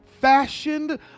fashioned